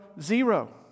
zero